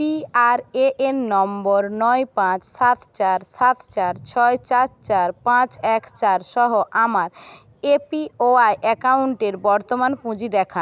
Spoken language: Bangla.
পিআরএএন নম্বর নয় পাঁচ সাত চার সাত চার ছয় চার চার পাঁচ এক চার সহ আমার এপিওয়াই অ্যাকাউন্টের বর্তমান পুঁজি দেখান